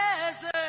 desert